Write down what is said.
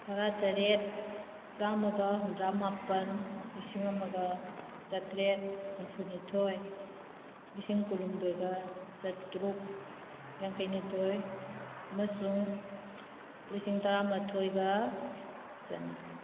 ꯇꯔꯥꯇꯔꯦꯠ ꯆꯥꯝꯃꯒ ꯍꯨꯝꯗ꯭ꯔꯥꯃꯥꯄꯟ ꯂꯤꯁꯤꯡ ꯑꯃꯒ ꯆꯥꯇ꯭ꯔꯦꯠ ꯍꯨꯝꯐꯨꯅꯤꯊꯣꯏ ꯂꯤꯁꯤꯡ ꯀꯨꯟꯍꯨꯝꯗꯣꯏꯒ ꯆꯥꯇ꯭ꯔꯨꯛ ꯌꯥꯡꯈꯩꯅꯤꯊꯣꯏ ꯑꯃꯁꯨꯡ ꯂꯤꯁꯤꯡ ꯇꯔꯥꯃꯥꯊꯣꯏꯒ ꯆꯅꯤ